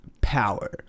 Power